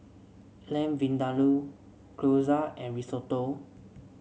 Lamb Vindaloo Gyoza and Risotto